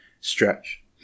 stretch